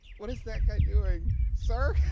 what is that guy doing? sir?